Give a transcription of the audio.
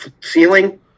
ceiling